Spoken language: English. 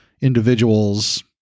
individuals